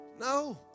No